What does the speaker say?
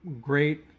great